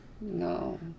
No